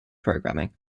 programming